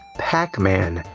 pac-man.